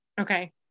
Okay